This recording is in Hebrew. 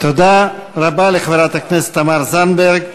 תודה רבה לחברת הכנסת תמר זנדברג.